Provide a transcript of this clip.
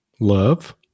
Love